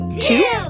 two